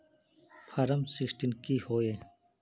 Form sixteen की होय?